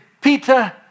Peter